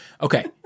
Okay